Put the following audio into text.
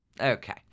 okay